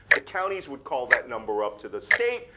the counties would call that number up to the state,